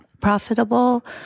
profitable